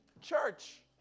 church